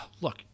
look